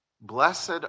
Blessed